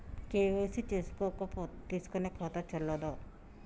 KYC చేసుకోకపోతే తీసుకునే ఖాతా చెల్లదా?